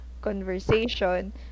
conversation